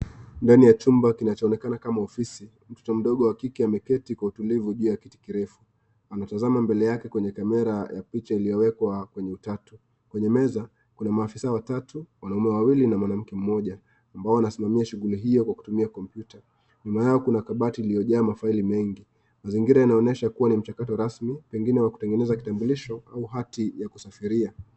Ndani ya chumba kinachoonekana kama ofisi. Mtoto mdogo wa kike ameketi kwa utulivu juu ya kiti kirefu. Anatazama mbele yake kwenye kamera ya picha iliyowekwa kwenye utatu. Kwenye meza kuna maafisa watatu, wanaume wawili na mwanamke mmoja, ambao wanasimamia shughuli hiyo kwa kutumia kompyuta. Nyuma yao kuna kabati iliyojaa mafaili mengi. Mazingira yanaonyesha kuwa ni mchakato rasmi, pengine wa kutengeneza kitambulisho au hati ya kusafiria.